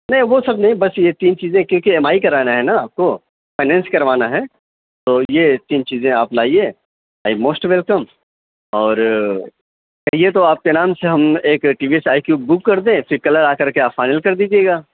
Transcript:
نہیں وہ سب نہیں بس یہ تین چیزیں کیونکہ ایم آئی کرانا ہے نا آپ کو فائننس کروانا ہے تو یہ تین چیزیں آپ لائیے ایز موسٹ ویلکم اور کہیے تو آپ کے نام سے ہم ایک T V S iQube book کر دیں پھر کلر آ کر کے آپ فائنل کر دیجیے گا